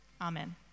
amen